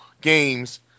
games